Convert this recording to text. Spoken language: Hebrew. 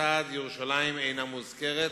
הכיצד אין ירושלים מוזכרת